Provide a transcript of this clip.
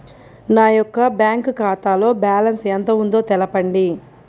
నా యొక్క బ్యాంక్ ఖాతాలో బ్యాలెన్స్ ఎంత ఉందో తెలపండి?